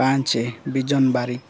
ପାଞ୍ଚେ ବିଜନ ବାରିକ